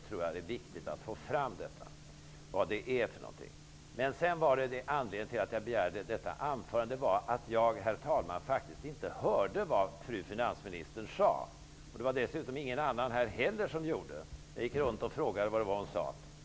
Jag tror att det är viktigt att få fram vad det är fråga om. Anledningen till att jag begärde ordet, herr talman, var att jag faktiskt inte hörde vad fru finansministern sade. Det var inte heller någon annan som hörde det. Jag gick runt och frågade vad hon sade.